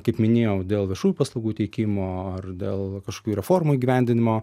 kaip minėjau dėl viešųjų paslaugų teikimo ar dėl kažkokių reformų įgyvendinimo